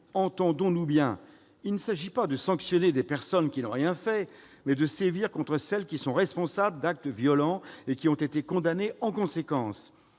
Entendons-nous bien : il s'agit non pas de sanctionner des personnes qui n'ont rien fait, mais de sévir contre celles qui sont responsables d'actes violents et qui ont été condamnées en conséquence.